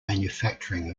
manufacturing